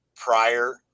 prior